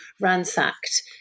ransacked